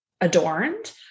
adorned